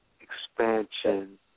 expansion